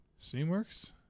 steamworks